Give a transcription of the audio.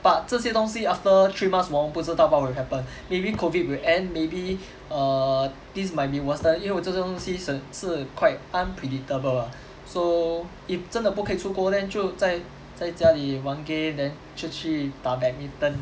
but 这些东西 after three months 我们不知道 what will happen maybe COVID will end maybe err this might be worsen 因为我觉得这个东西是很是 quite unpredictable ah so if 真的不可以出国 then 就在在家里玩 game then 就出去打 badminton